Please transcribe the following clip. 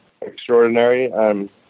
extraordinary